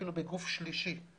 אפילו בגוף שלישי.